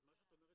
מה שאת אומרת,